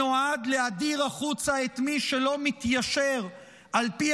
שנועד להדיר החוצה את מי שלא מתיישר על פי